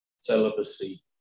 celibacy